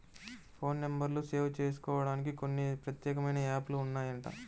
phone నెంబర్లు save జేసుకోడానికి కొన్ని ప్రత్యేకమైన యాప్ లు ఉన్నాయంట